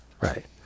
right